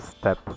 step